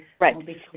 Right